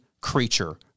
creature